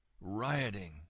rioting